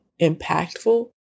impactful